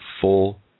full